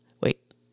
Wait